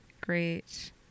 great